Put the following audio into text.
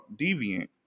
Deviant